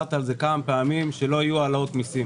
וחזרת על זה כמה פעמים שלא יהיו העלאות מיסים.